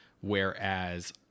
whereas